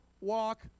walk